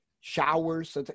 showers